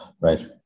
right